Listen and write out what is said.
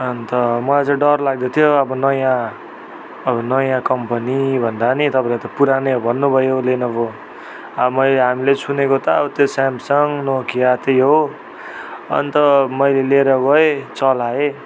अन्त मलाई चाहिँ डर लाग्दैथ्यो अब नयाँ अब नयाँ कम्पनी भन्दा नि तपाईँले त पुरानै हो भन्नुभयो लेनोभो अब मैले हामीले सुनेको त त्यो स्यामसङ नोकिया त्यही हो अन्त मैले लिएर गएँ चलाएँ